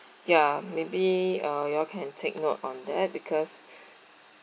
ya maybe uh you all can take note on that because